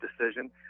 decision